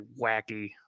wacky